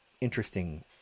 interesting